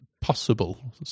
Possible